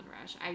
rush